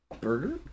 burger